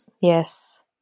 Yes